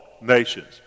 nations